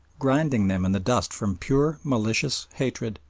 grinding them in the dust from pure malicious hatred.